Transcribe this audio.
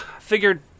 figured